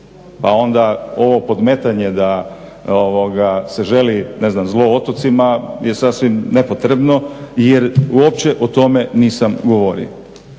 Pa onda ovo podmetanje da se želi ne znam zlo otocima je sasvim nepotrebno jer uopće o tome nisam govorio.